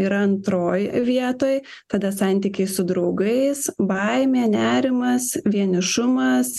yra antroj vietoj tada santykiai su draugais baimė nerimas vienišumas